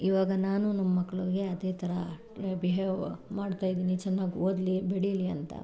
ಇವಾಗ ನಾನು ನಮ್ಮ ಮಕ್ಕಳಿಗೆ ಅದೇ ಥರ ಬಿಹೇವ್ ಮಾಡ್ತಾ ಇದ್ದೀನಿ ಚೆನ್ನಾಗಿ ಓದಲಿ ಬೆಳೀಲಿ ಅಂತ